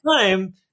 time